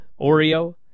Oreo